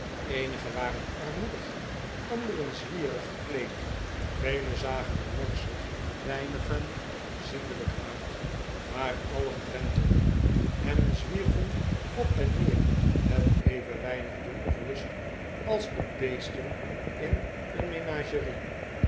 eenigen waren armoedig anderen zwierig gekleedj velen zagen er morsig weinigen zindelijk uit maar alien drentelden en zwierven op en neer met even weinig doel of lust als de beesten in een menagerie